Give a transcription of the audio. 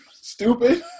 Stupid